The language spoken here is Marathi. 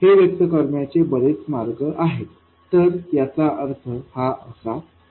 हे व्यक्त करण्याचे बरेच मार्ग आहेत तर याचा अर्थ असा आहे